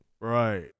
Right